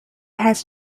has